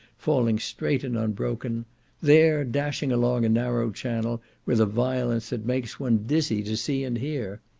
falling straight and unbroken there dashing along a narrow channel, with a violence that makes one dizzy to see and hear.